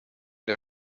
der